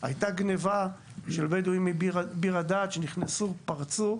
הייתה גנבה של בדואים מביר הדאג', שנכנסו, פרצו,